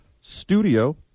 Studio